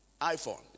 iPhone